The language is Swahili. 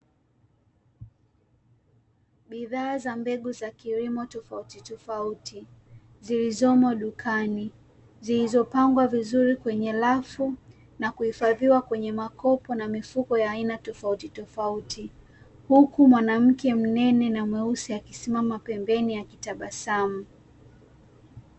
Bidhaa za mbegu za kilimo tofautitofauti, zilizomo dukani, zilizopangwa vizuri kwenye rafu na kuhifadhiwa kwenye makopo na mifuko ya aina tofautitofauti, huku mwanamke mnene na mweusi akisimama pembeni akitabasamu .